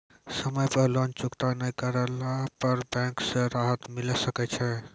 समय पर लोन चुकता नैय करला पर बैंक से राहत मिले सकय छै?